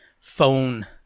phone